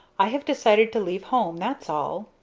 i have decided to leave home, that's all.